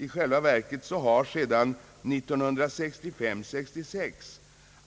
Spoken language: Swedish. I själva verket har de sammanlagda